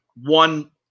one